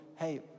Hey